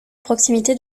proximité